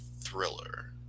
thriller